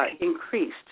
increased